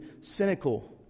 cynical